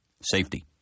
Safety